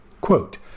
Quote